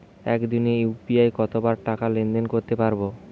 একদিনে ইউ.পি.আই কতবার টাকা লেনদেন করতে পারব?